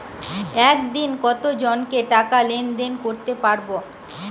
একদিন কত জনকে টাকা লেনদেন করতে পারবো?